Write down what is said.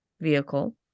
vehicle